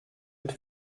mit